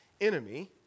enemy